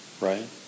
Right